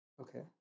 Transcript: Okay